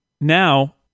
Now